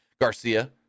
Garcia